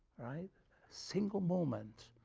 single moment,